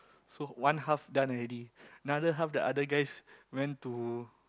so one half done already another half the other guys went to